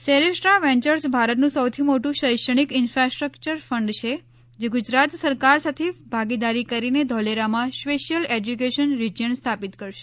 સેરેસ્ટ્રા Ventures ભારતનું સૌથી મોટું શૈક્ષણિક ઇન્ફાસ્ટ્રક્યર ફંડ છે જે ગુજરાત સરકાર સાથે ભાગીદારી કરીને ધોલેરામાં સ્પેશ્યલ એશ્યુકેશન રિજીયન સ્થાપિત કરશે